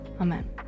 Amen